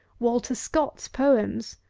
walter scott's poems,